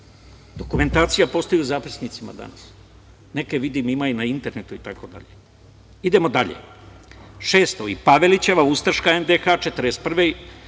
Dokumentacija postoji u zapisnicima danas, neke, vidim, ima i na internetu. Idemo dalje. Šesto, i Pavelićeva ustaška NDH od